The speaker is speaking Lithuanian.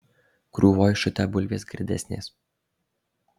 krūvoj šutę bulvės gardesnės